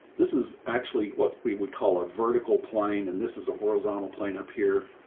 this is actually what we would call a vertical plane. and this is a horizontal plane up here.